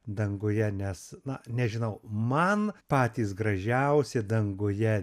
danguje nes na nežinau man patys gražiausi danguje